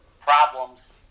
problems